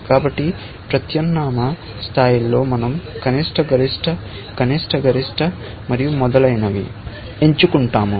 కాబట్టి ప్రత్యామ్నాయ స్థాయిలో మనం కనిష్ట గరిష్ట కనిష్ట గరిష్ట మరియు మొదలైనవి ఎంచుకుంటాము